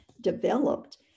developed